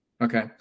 Okay